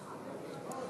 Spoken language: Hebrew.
תוצאות